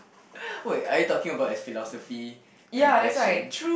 wait are you talking about philosophy kind of question